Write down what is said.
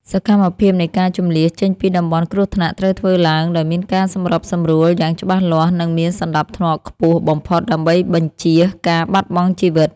សកម្មភាពនៃការជម្លៀសចេញពីតំបន់គ្រោះថ្នាក់ត្រូវធ្វើឡើងដោយមានការសម្របសម្រួលយ៉ាងច្បាស់លាស់ និងមានសណ្តាប់ធ្នាប់ខ្ពស់បំផុតដើម្បីបញ្ជៀសការបាត់បង់ជីវិត។